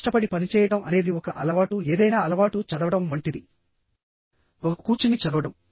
కష్టపడి పనిచేయడం అనేది ఒక అలవాటుఏదైనా అలవాటుచదవడం వంటిది ఒక కూర్చుని చదవడం